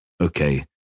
okay